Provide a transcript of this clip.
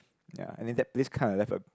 ya and then that place kinda left a